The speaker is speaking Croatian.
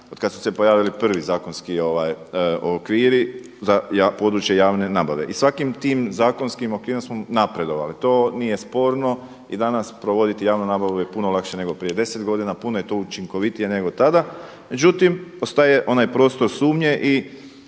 otkada su se pojavili prvi zakonski okviri za područje javne nabave. I svakim tim zakonskim okvirom smo napredovali. To nije sporno i danas provoditi javnu nabavu je puno lakše nego prije deset godina, puno je to učinkovitije nego tada. Međutim, postoji onaj prostor sumnje i